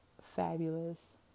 fabulous